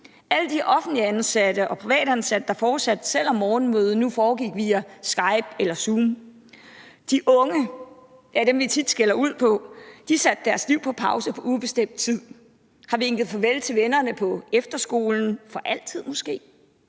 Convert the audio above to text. alle de offentligt ansatte og privatansatte, der fortsatte, selv om morgenmødet nu foregik via Skype eller Zoom. De unge er dem, vi tit skælder ud på. De har sat deres liv på pause på ubestemt tid, har vinket farvel til vennerne på efterskolen – måske